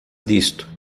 disto